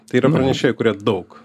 tai yra pranešėjai kurie daug